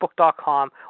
Facebook.com